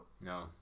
No